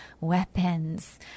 weapons